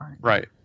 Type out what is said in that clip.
right